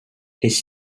his